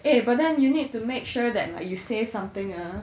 eh but then you need to make sure that you say something ah